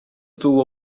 tuvo